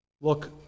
look